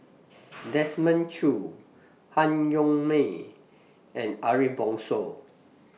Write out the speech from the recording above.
Desmond Choo Han Yong May and Ariff Bongso